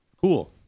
Cool